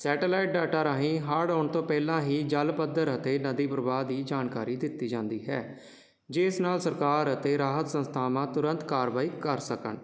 satellite data ਰਾਹੀਂ ਹੜ੍ਹ ਆਉਣ ਤੋਂ ਪਹਿਲਾਂ ਹੀ ਜਲ ਪੱਧਰ ਅਤੇ ਨਦੀ ਪ੍ਰਵਾਹ ਹੀ ਜਾਣਕਾਰੀ ਦਿੱਤੀ ਜਾਂਦੀ ਹੈ ਜਿਸ ਨਾਲ ਸਰਕਾਰ ਅਤੇ ਰਾਹਤ ਸੰਸਥਾਵਾਂ ਤੁਰੰਤ ਕਾਰਵਾਈ ਕਰ ਸਕਣ